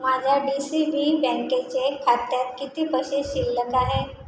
माझ्या D C B बँकेचे खात्यात किती पैसे शिल्लक आहे